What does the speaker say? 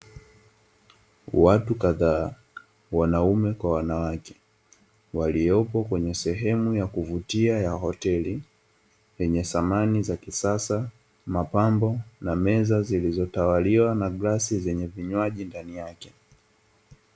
Watu kadhaa wanaume kwa wanawake waliopo kwenye sehemu ya kuvutia ya hoteli yenye samani za kisasa, mapambo na meza zilizotawaliwa na glasi zenye vinywaji ndani yake.